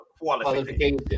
Qualification